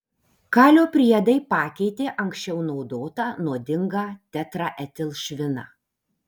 kalio priedai pakeitė anksčiau naudotą nuodingą tetraetilšviną